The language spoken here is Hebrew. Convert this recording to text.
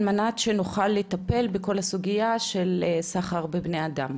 על מנת שנוכל לטפל בכל הסוגייה של סחר בבני אדם.